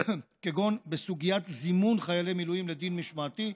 כגון בסוגית זימון חיילי מילואים לדין משמעתי,